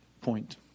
point